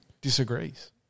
disagrees